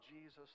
Jesus